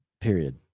Period